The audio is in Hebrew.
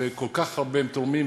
וכל כך הרבה הם תורמים.